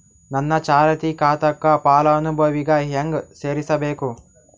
ನನ್ನ ಚಾಲತಿ ಖಾತಾಕ ಫಲಾನುಭವಿಗ ಹೆಂಗ್ ಸೇರಸಬೇಕು?